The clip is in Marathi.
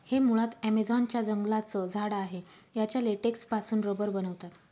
हे मुळात ॲमेझॉन च्या जंगलांचं झाड आहे याच्या लेटेक्स पासून रबर बनवतात